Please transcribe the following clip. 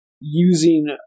using